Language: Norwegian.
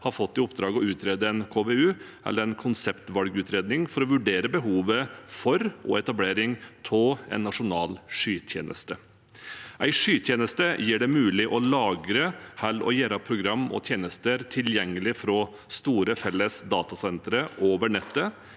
en konseptvalgutredning, for å vurdere behovet for og etablering av en nasjonal skytjeneste. En skytjeneste gjør det mulig å lagre eller gjøre programmer og tjenester tilgjengelige fra store, felles datasentre over nettet